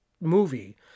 movie